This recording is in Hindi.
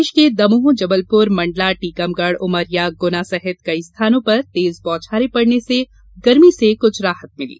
प्रदेश के दमोह जबलपुर मंडला टीकमगढ़ उमरिया गुना सहित कई स्थानों पर तेज बौछारें पड़ने से गर्मी से कुछ राहत मिली